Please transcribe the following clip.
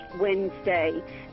Wednesday